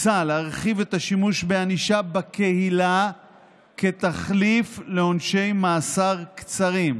שבה הוצע להרחיב את השימוש בענישה בקהילה כתחליף לעונשי מאסר קצרים,